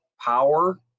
power